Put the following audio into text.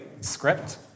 script